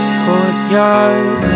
courtyard